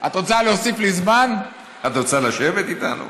את רוצה לשבת איתנו?